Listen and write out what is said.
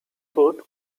board